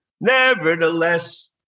nevertheless